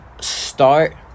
start